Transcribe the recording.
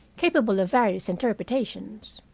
capable of various interpretations.